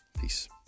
Peace